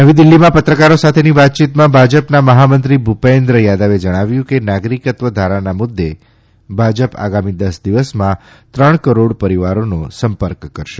નવી દિલ્ફીમાં પત્રકારો સાથેની વાતચીતમાં ભાજપના મહામંત્રી ભૂપેન્દ્ર થાદવે જણાવ્યું છે કે નાગરિકત્વ ધારાના મુદ્દે ભાજપ આગામી દસ દિવસમાં ત્રણ કરોડ પરિવારોનો સંપર્ક કરશે